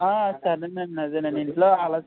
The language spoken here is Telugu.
ఆ సరేనండి అదేలేండి ఇంట్లో ఆ